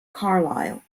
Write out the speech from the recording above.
carlyle